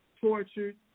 tortured